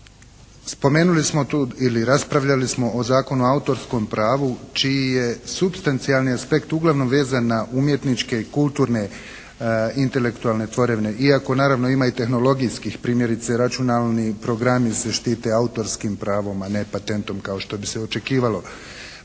Spomenuli smo tu ili raspravljali smo o Zakonu o autorskom pravu čiji je supstancijalni aspekt uglavnom vezan na umjetničke i kulturne intelektualne tvorevine, iako naravno ima i tehnologijskih primjerice računalni programi se štite autorskim pravom a ne patentom kao što bi se očekivalo.